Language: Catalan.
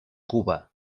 cuba